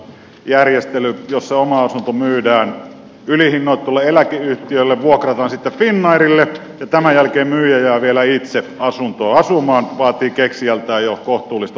järjestely jossa oma asunto myydään ylihinnoiteltuna eläkeyhtiölle vuokrataan sitten finnairille ja tämän jälkeen myyjä jää vielä itse asuntoon asumaan vaatii keksijältään jo kohtuullista luovuutta